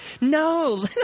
No